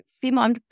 female